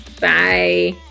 Bye